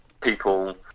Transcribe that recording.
people